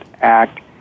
act